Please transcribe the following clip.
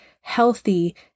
healthy